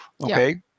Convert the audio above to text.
Okay